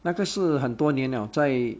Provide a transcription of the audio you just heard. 那个是很多年了在